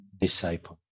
disciple